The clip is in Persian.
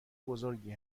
بزرگی